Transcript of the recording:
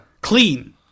Clean